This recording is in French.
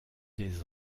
des